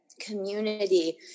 community